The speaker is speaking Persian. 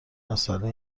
مسئله